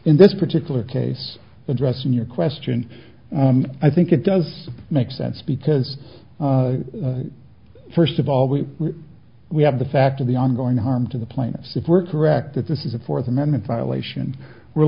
in this particular case addressing your question i think it does make sense because first of all we we have the fact of the ongoing harm to the plaintiffs were correct that this is a fourth amendment violation we're